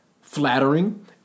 flattering